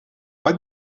pas